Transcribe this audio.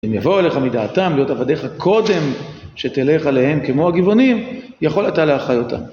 אם יבואו אליך מדעתם להיות עבדיך, קודם שתלך עליהם, כמו הגבעונים, יכול אתה להחיותם.